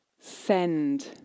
send